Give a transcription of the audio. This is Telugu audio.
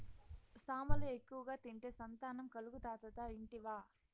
సామలు ఎక్కువగా తింటే సంతానం కలుగుతాదట ఇంటివా